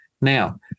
Now